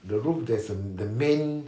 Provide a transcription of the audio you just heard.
the room there's a the main